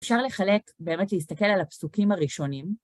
אפשר לחלט באמת להסתכל על הפסוקים הראשונים.